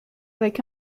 avec